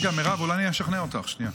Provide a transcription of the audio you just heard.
רגע, מירב, אולי אני אשכנע אותך, שנייה.